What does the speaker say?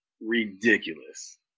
ridiculous